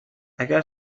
اگر